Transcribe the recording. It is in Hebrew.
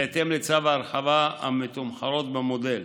בהתאם לצו ההרחבה, המתומחרות במודל: